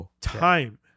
time